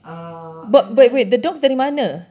err and then